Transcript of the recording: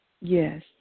Yes